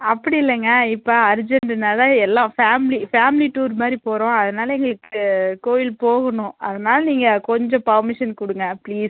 அப்படி இல்லைங்க இப்போ அர்ஜெண்ட்டுனால எல்லாம் ஃபேம்லி ஃபேம்லி டூர் மாதிரி போகிறோம் அதனால் எங்களுக்கு கோயில் போகணும் அதனால் நீங்கள் கொஞ்சம் பர்மிஷன் கொடுங்க ப்ளீஸ்